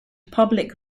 public